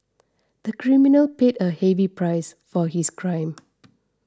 the criminal paid a heavy price for his crime